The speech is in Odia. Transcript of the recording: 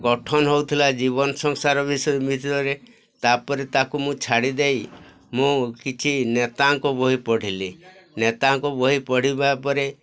ଗଠନ ହଉଥିଲା ଜୀବନ ସଂସାର ବିଷୟ ତା'ପରେ ତାକୁ ମୁଁ ଛାଡ଼ିଦେଇ ମୁଁ କିଛି ନେତାଙ୍କ ବହି ପଢ଼ିଲି ନେତାଙ୍କ ବହି ପଢ଼ିବା ପରେ